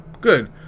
good